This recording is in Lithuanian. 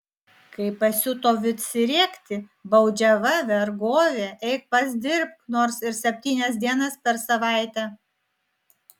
kai pasiuto visi rėkti baudžiava vergovė eik pats dirbk nors ir septynias dienas per savaitę